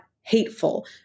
hateful